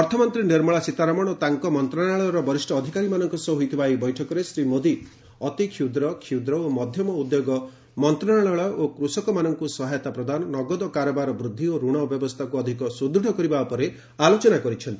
ଅର୍ଥମନ୍ତ୍ରୀ ନିର୍ମଳା ସୀତାରମଣ ଓ ତାଙ୍କ ମନ୍ତ୍ରଶାଳୟର ବରିଷ୍ଠ ଅଧିକାରୀମାନଙ୍କ ସହ ହୋଇଥିବା ଏହି ବୈଠକରେ ଶ୍ରୀ ମୋଦି ଅତିକ୍ଷୁଦ୍ର କ୍ଷୁଦ୍ର ଓ ମଧ୍ୟମ ଉଦ୍ୟୋଗ ମନ୍ତଶାଳୟ ଓ କୃଷକମାନଙ୍କୁ ସହାୟତା ପ୍ରଦାନ ନଗଦ କାରବାର ବୃଦ୍ଧି ଓ ଋଣ ବ୍ୟବସ୍ଥାକୁ ଅଧିକ ସୁଦୃଢ଼ କରିବା ଉପରେ ଆଲୋଚନା କରିଛନ୍ତି